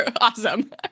awesome